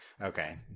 okay